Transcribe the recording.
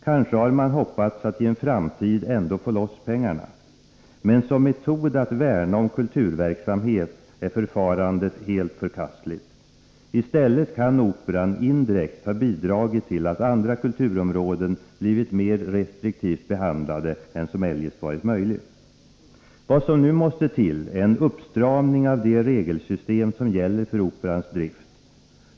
Kanske har man hoppats att i en framtid ändå få loss pengarna. Men som metod att värna om kulturverksamhet är förfarandet helt förkastligt. I stället kan Operan indirekt ha bidragit till att andra kulturområden blivit mer restriktivt behandlade än som eljest varit nödvändigt. Vad som nu måste till är en uppstramning av det regelsystem som gäller för Operans drift.